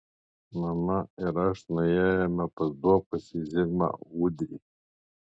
mama ir aš nuėjome pas duobkasį zigmą ūdrį